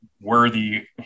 worthy